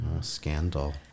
scandal